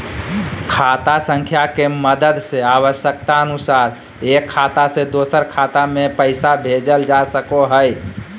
खाता संख्या के मदद से आवश्यकता अनुसार एक खाता से दोसर खाता मे पैसा भेजल जा सको हय